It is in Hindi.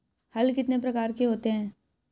हल कितने प्रकार के होते हैं?